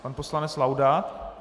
Pan poslanec Laudát.